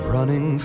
Running